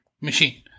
machine